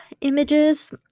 Images